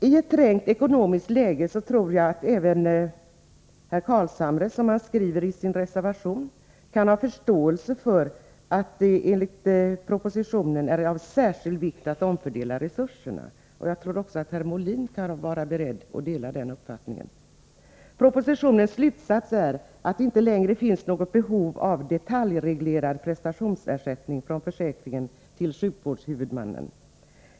I ett trängt ekonomiskt läge tror jag att även herr Carlshamre kan, som det skrivs i den moderata reservationen, ha förståelse för att det enligt propositionen är av särskild vikt att man omfördelar resurserna. Också herr Molin kan nog vara beredd att dela den uppfattningen. Propositionens slutsats är att det inte längre finns något behov av detaljreglerade prestationsersättningar från försäkringen till sjukvårdshuvudmännen.